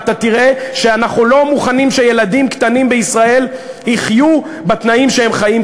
אתה תראה שאנחנו לא מוכנים שילדים קטנים בישראל יחיו בתנאים שהם חיים,